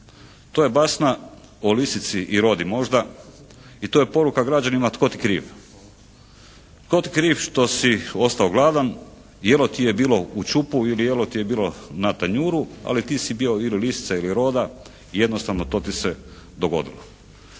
To je basna o lisici i rodi, možda. I to je poruka građanima tko ti je kriv? Tko ti je kriv što si ostao gladan? Jelo ti je bilo u ćupu, jelo ti je bilo na tanjuru, ali ti si bio ili lisica ili roda i jednostavno to ti se dogodilo.